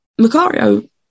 Macario